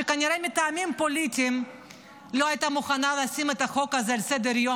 שכנראה מטעמים פוליטיים לא הייתה מוכנה לשים את החוק הזה על סדר-היום.